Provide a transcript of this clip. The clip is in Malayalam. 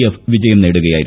എഫ് വിജയം നേടുകയായിരുന്നു